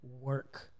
work